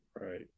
Right